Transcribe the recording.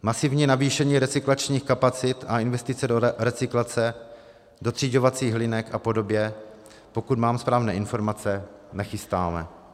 Masivní navýšení recyklačních kapacit a investice do recyklace, dotřiďovacích linek a podobně, pokud mám správné informace, nechystáme.